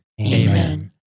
Amen